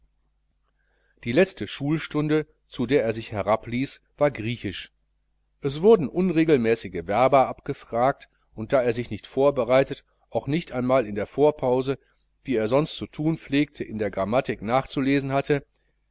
die letzte schulstunde zu der er sich herabließ war griechisch es wurden unregelmäßige verba abgefragt und da er sich nicht vorbereitet auch nicht einmal in der vorpause wie er sonst zu thun pflegte in der grammatik nachgelesen hatte